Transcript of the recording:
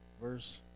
verse